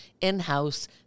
in-house